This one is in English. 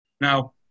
now